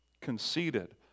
conceited